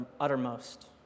uttermost